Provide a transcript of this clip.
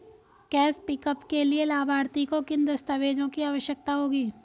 Cash pickup के लिए लाभार्थी को किन दस्तावेजों की आवश्यकता होगी?